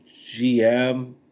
GM